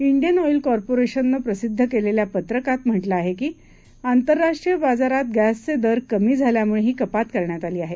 Indian oil कॉर्पोरेशनने प्रसिद्ध केलेल्या पत्रकात म्हटलं आहे की आंतरराष्ट्रीय बाजारात गस्त्री दर कमी झाल्यामुळं ही कपात करण्यात आली आहे